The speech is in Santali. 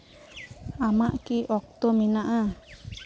ᱟᱢᱟᱜ ᱠᱤ ᱚᱠᱛᱚ ᱢᱮᱱᱟᱜᱼᱟ